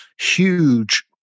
huge